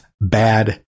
bad